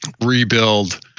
rebuild